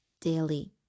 daily